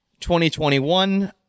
2021